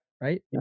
Right